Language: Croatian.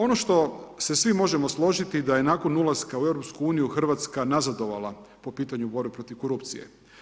Ono što se svi možemo složiti, da je nakon ulaska u EU Hrvatska nazadovala po pitanju borbe protiv korupcije.